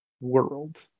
world